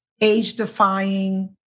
age-defying